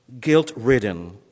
guilt-ridden